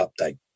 update